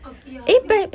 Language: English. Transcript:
um ya I think